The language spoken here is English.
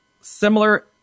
similar